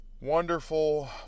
Wonderful